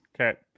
Okay